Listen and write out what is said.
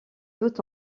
tout